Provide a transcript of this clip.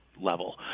level